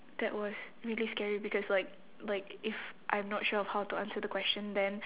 that was really scary because like like if I'm not sure of how to answer the question then